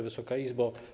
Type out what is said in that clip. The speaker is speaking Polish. Wysoka Izbo!